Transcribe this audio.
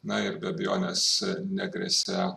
na ir be abejonės negresia